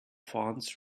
funds